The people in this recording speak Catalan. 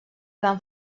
van